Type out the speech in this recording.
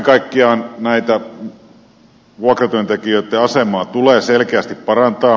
kaiken kaikkiaan vuokratyöntekijöitten asemaa tulee selkeästi parantaa